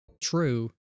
true